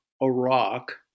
Iraq